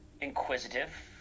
inquisitive